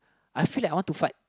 I feel like I want to fart